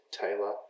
Taylor